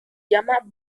llama